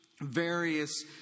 various